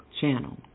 channel